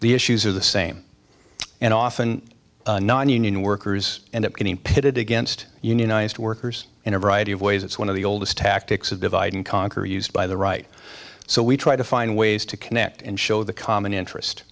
the issues are the same and often nonunion workers end up getting pitted against unionized workers in a variety of ways it's one of the oldest tactics of divide and conquer used by the right so we try to find ways to connect and show the common interest